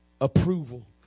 approval